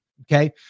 Okay